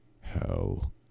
Hell